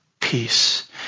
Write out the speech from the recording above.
peace